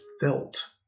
felt